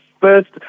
first